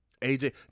AJ